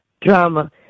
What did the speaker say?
drama